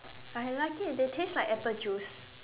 I like it they taste like apple juice